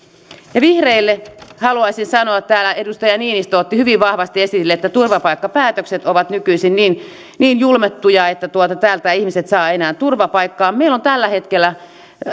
ja vihreille haluaisin sanoa täällä kun edustaja niinistö otti hyvin vahvasti esille että turvapaikkapäätökset ovat nykyisin niin niin julmettuja että täältä eivät ihmiset saa enää turvapaikkaa että meillä on tällä hetkellä